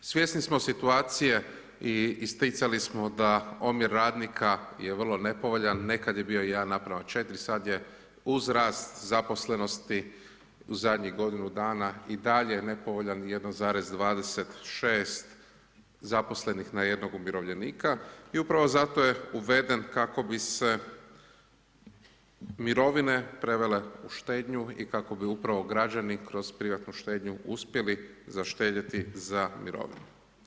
Svjesni smo situacije i isticali smo da omjer radnika je vrlo nepovoljan, nekad je bio 1:4, sad je uz rast zaposlenosti u zadnjih godinu dana i dalje nepovoljan 1,26 zaposlenih na 1 umirovljenika i upravo zato je uveden kako bi se mirovine prevele u štednju i kako bi upravo građani kroz privatnu štednju uspjeli zaštedjeti za mirovine.